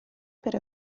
per